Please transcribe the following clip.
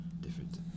different